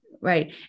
Right